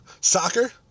Soccer